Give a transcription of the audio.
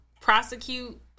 prosecute